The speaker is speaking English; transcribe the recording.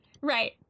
Right